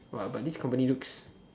but this company looks